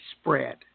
spread